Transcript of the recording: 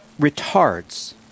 retards